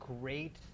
great